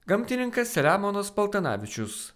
gamtininkas selemonas paltanavičius